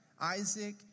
Isaac